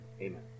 Amen